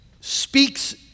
speaks